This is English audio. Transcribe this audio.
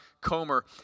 Comer